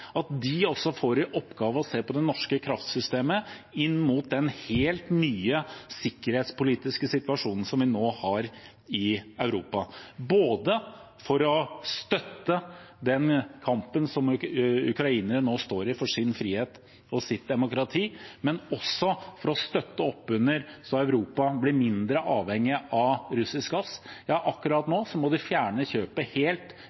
oppgave å se på det norske kraftsystemet inn mot den helt nye sikkerhetspolitiske situasjonen som vi nå har i Europa, både for å støtte den kampen som ukrainere nå står i – for sin frihet og sitt demokrati – men også for å støtte opp under Europa slik at Europa blir mindre avhengig av russisk gass. Ja, akkurat nå må de fjerne kjøpet helt,